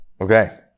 Okay